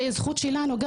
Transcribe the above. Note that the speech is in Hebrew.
זו הזכות שלנו,